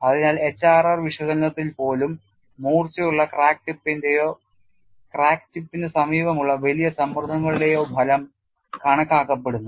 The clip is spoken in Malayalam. അതിനാൽ HRR വിശകലനത്തിൽ പോലും മൂർച്ചയുള്ള ക്രാക്ക് ടിപ്പിന്റെയോ ക്രാക്ക് ടിപ്പിന് സമീപമുള്ള വലിയ സമ്മർദ്ദങ്ങളുടെയോ ഫലം കണക്കാക്കപ്പെടുന്നു